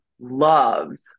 loves